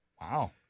Wow